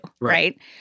right